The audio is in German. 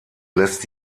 lässt